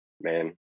man